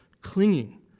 clinging